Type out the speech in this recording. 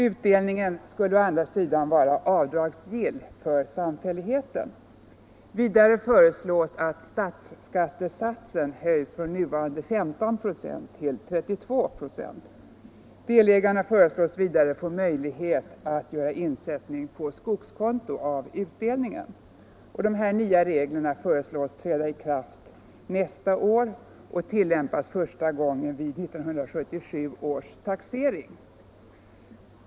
Utdelningen skulle å andra sidan vara avdragsgill för samfälligheten. Vidare föreslås statsskattesatsen höjd från nuvarande 15 96 till 32 96. Delägarna förelås vidare få möjlighet att göra insättning på skogskonto av utdelningen. De nya reglerna föreslås träda i kraft nästa år och tillämpas första gången vid 1977 års taxering.